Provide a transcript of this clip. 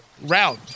round